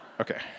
Okay